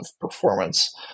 performance